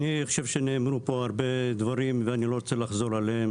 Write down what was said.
אני חושב שנאמרו פה הרבה דברים ואני לא רוצה לחזור עליהם,